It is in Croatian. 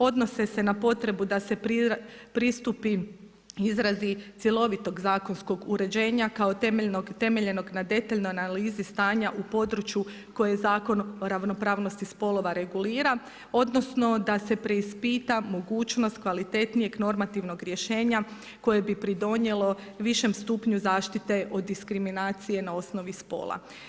Odnose se na potrebu da se pristupi izradi cjelovitog zakonskog uređenja kao temeljenog na detaljnoj analizi stanja u području koje Zakon o ravnopravnosti spolova regulira, odnosno da se preispita mogućnost kvalitetnijeg normativnog rješenja koje bi pridonijelo višem stupnju zaštite o diskriminaciji na osnovi spola.